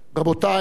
רבותי,